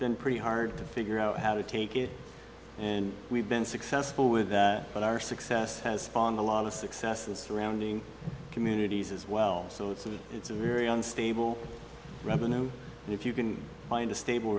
been pretty hard to figure out how to take it and we've been successful with that but our success has found a lot of success the surrounding communities as well so it's a it's a very unstable revenue and if you can find a stable